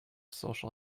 social